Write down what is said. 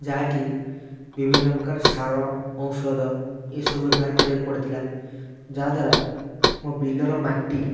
ଯାହାକି ବିଭିନ୍ନ ପ୍ରକାର ସାର ଔଷଧ ଏ ସବୁ ବ୍ୟବହାର କରିବାକୁ ପଡ଼ିଥିଲା ଯାହାଦ୍ୱାରା ମୋ ବିଲର ମାଟି